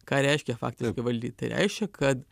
ką reiškia faktiškai valdyt tai reiškia kad